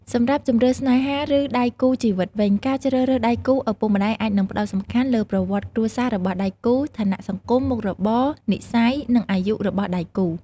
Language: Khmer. សម្រាប់ជម្រើសស្នេហាឬដៃគូជីវិតវិញ ការជ្រើសរើសដៃគូ ឪពុកម្ដាយអាចនឹងផ្តោតសំខាន់លើប្រវត្តិគ្រួសាររបស់ដៃគូ ឋានៈសង្គម មុខរបរ និស្ស័យ និងអាយុ របស់ដៃគូ។